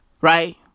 right